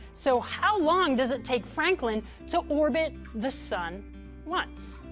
so how long does it take franklin to orbit the sun once?